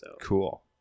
Cool